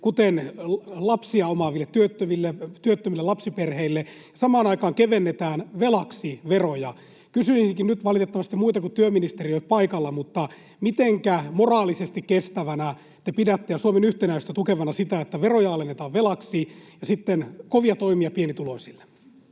kuten lapsia omaaville työttömille, työttömille lapsiperheille. Samaan aikaan kevennetään velaksi veroja. Kysyisinkin nyt — valitettavasti muita kuin työministeri ei ole paikalla, mutta mitenkä moraalisesti kestävänä ja Suomen yhtenäisyyttä tukevana te pidätte sitä, että veroja alennetaan velaksi ja sitten kovia toimia pienituloisille?